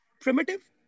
primitive